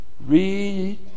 Read